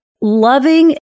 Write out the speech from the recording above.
loving